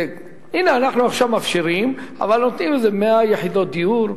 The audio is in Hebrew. שהנה אנחנו עכשיו מפשירים אבל נותנים איזה 100 יחידות דיור,